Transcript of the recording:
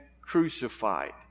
crucified